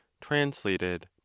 translated